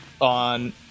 on